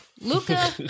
Luca